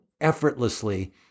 effortlessly